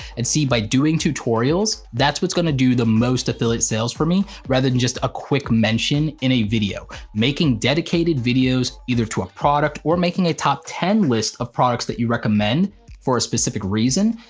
and see by doing tutorials, that's what gonna do the most affiliates sales for me rather than just a quick mention in a video. making dedicated videos either to a product or making a top ten list of products that you recommend for a specific reason,